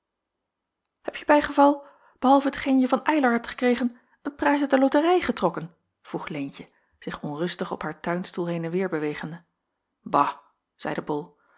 hebje bij geval behalve hetgeen je van eylar hebt gekregen een prijs uit de loterij getrokken vroeg leentje zich onrustig op haar tuinstoel heen en weêr bewegende bah zeide bol